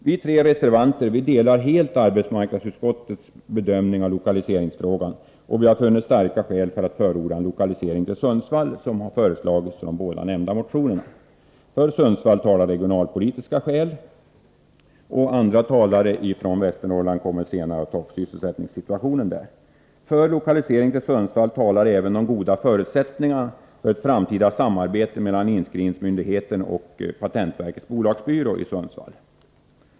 Vi tre reservanter delar helt arbetsmarknadsutskottets bedömning av lokaliseringsfrågan, och vi har funnit starka skäl för att förorda en lokalisering till Sundsvall som föreslagits i de båda nämnda motionerna. För Sundsvall talar regionalpolitiska skäl. Andra talare från Västernorrland kommer senare att ta upp sysselsättningssituationen där. För lokalisering till Sundsvall talar även de goda förutsättningarna för ett framtida samarbete mellan inskrivningsmyndigheten och patentverkets bolagsbyrå i Sundsvall.